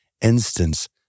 instance